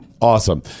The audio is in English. Awesome